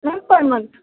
ma'am per month